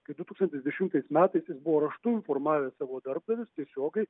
kai du tūksantis dešimtais metais buvo raštu informavęa savo darbdavius tiesiogiai